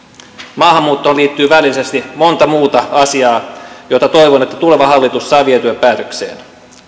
maahanmuuttoon liittyy välillisesti monta muuta asiaa joita toivon että tuleva hallitus saa vietyä päätökseen